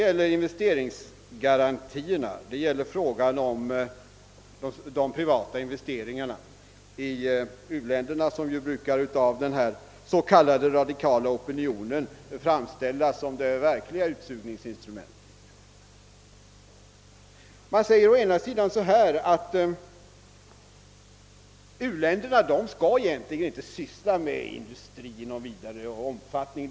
Jag avser investeringsgarantierna och de privata investeringarna i u-länderna, som av den s.k. radikala opinionen brukar framställas som det verkliga utsugningsinstrumentet. Man säger på detta håll att u-länderna egentligen inte skall ägna sig åt industri i någon större omfattning.